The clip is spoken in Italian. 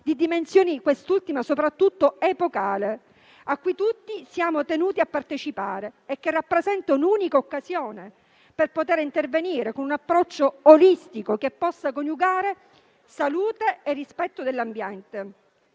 di dimensioni - soprattutto quest'ultimo - epocali, a cui tutti siamo tenuti a partecipare e che rappresenta un'occasione unica per poter intervenire con un approccio olistico che possa coniugare salute e rispetto dell'ambiente,